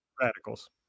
radicals